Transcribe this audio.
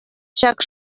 ҫак